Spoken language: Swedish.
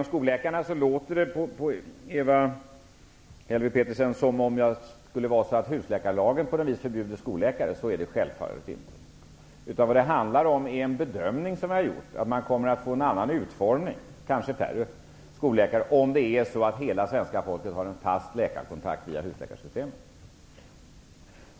Av det Ewa Hedkvist Petersen sade om skolläkarna låter det som husläkarlagen på något vis skulle förbjuda skolläkare, men så är det självfallet inte. Vad det handlar om är en bedömning som vi har gjort. Vi menar att verksamheten kommer att få en annan utformning, kanske med färre skolläkare, om hela svenska folket har en fast läkarkontakt via husläkarsystemet.